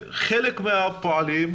חלק מהפועלים,